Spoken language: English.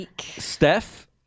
Steph